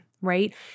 right